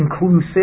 inclusive